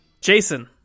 Jason